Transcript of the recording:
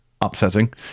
upsetting